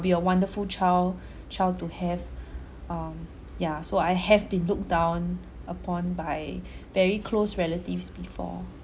be a wonderful child child to have um yeah so I have been looked down upon by very close relatives before